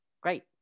Great